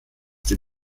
den